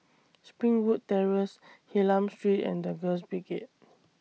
Springwood Terrace Hylam Street and The Girls Brigade